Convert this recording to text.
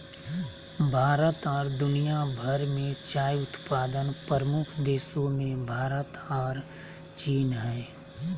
भारत और दुनिया भर में चाय उत्पादन प्रमुख देशों मेंभारत और चीन हइ